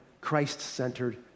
Christ-centered